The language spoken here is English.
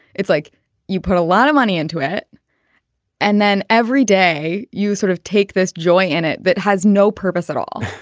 it's like you put a lot of money into it and then every day you sort of take this joy in it that has no purpose at all.